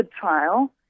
Trial